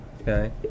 Okay